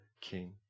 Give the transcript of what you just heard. king